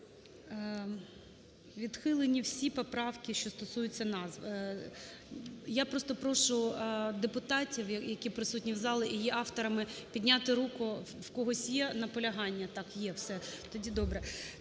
Відхилені всі поправки, що стосуються назв. Я просто прошу депутатів, які присутні в залі і є авторами, підняти руку, в когось є наполягання? Так, є, все. Тоді добре.